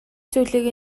зүйлийг